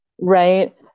Right